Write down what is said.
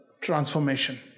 transformation